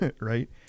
right